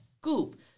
Goop